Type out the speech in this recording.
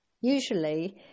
usually